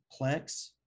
plex